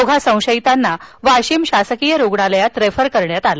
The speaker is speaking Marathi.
दोघां संशयितांना वाशिम शासकिय रुग्णालयात रेफर करण्यात आलं